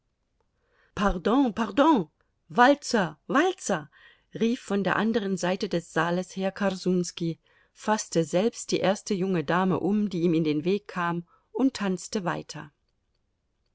pardon pardon walzer walzer rief von der anderen seite des saales her korsunski faßte selbst die erste junge dame um die ihm in den weg kam und tanzte weiter